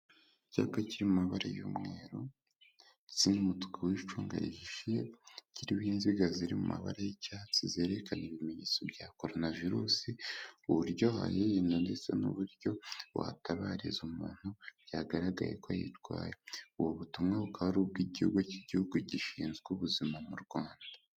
Icyapa kiri mu mabara y'umweru ndetse n'umutuku w'icunga rihishiye, kiriho inziga ziri mu mabare y'icyatsi. Zerekana ibimenyetso bya corona virusi, uburyo wayirinda ndetse n'uburyo watabariza umuntu byagaragaye ko ayirwaye. Ubu butumwa bukaba ari ubw'ikigo cy'Igihugu gishinzwe ubuzima mu Rwanda.